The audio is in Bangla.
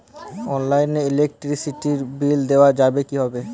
অনলাইনে ইলেকট্রিসিটির বিল দেওয়া যাবে কিভাবে?